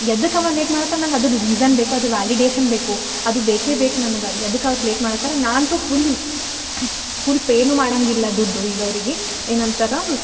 ಎದಕ್ ಅವಾ ಲೇಟ್ ಮಾಡಕ್ಹತನ ನಂಗೆ ಅದರ ರೀಸನ್ ಬೇಕು ಅದರ ವ್ಯಾಲಿಡೇಷನ್ ಬೇಕು ಅದು ಬೇಕೇ ಬೇಕು ನನಗೆ ಎದಕ್ಕೆ ಅವ್ರು ಲೇಟ್ ಮಡ್ಹತರ ನಾ ಅಂತು ಫುಲ್ ಫುಲ್ ಪೇನು ಮಾಡೋಂಗಿಲ್ಲ ದುಡ್ಡು ಈಗ ಅವರಿಗೆ ಏನಂತರ